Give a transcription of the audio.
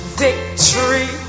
victory